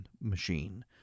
machine